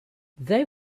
they